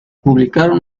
publicaron